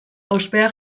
ospea